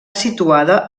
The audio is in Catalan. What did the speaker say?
situada